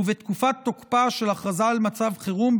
ובתקופת תוקפה של ההכרזה על מצב חירום,